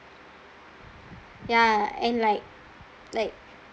ya and like like